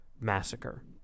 massacre